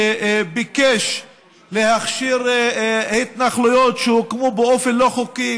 שביקש להכשיר התנחלויות שהוקמו באופן לא חוקי,